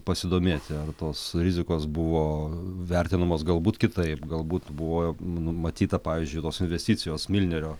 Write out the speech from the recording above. pasidomėti ar tos rizikos buvo vertinamos galbūt kitaip galbūt buvo numatyta pavyzdžiui tos investicijos milnerio